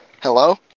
Hello